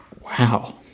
wow